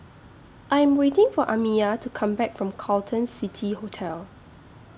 I Am waiting For Amiah to Come Back from Carlton City Hotel